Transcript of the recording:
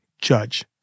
judge